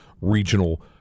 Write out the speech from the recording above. regional